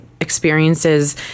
experiences